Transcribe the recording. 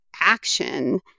action